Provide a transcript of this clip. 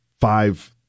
five